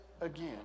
again